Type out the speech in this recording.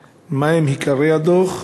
3. מה הם עיקרי הדוח?